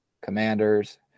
Commanders